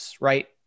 Right